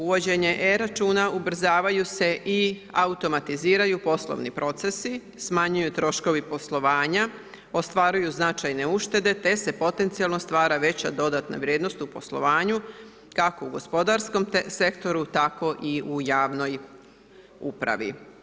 Uvođenje e računa ubrzavaju se i automatiziraju poslovni procesi, smanjuju troškovi poslovanja, ostvaruju značajne uštede te se potencijalno stvara veća dodatna vrijednost u poslovanju, kako u gospodarskom sektoru, tako i u javnoj upravi.